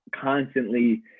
constantly